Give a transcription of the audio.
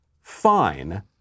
fine